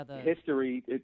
history